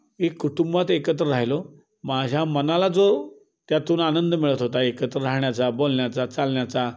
एक कुटुंबात एकत्र राहिलो माझ्या मनाला जो त्यातून आनंद मिळत होता एकत्र राहण्याचा बोलण्याचा चालण्याचा